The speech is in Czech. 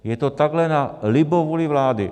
Je to takhle na libovůli vlády.